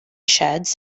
sheds